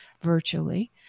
virtually